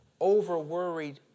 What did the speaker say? overworried